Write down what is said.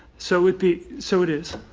so it be so it is.